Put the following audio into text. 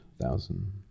thousand